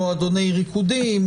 מועדוני ריקודים,